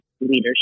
leadership